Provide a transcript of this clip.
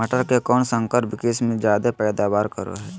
मटर के कौन संकर किस्म जायदा पैदावार करो है?